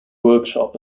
workshop